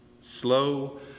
slow